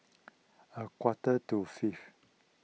a quarter to five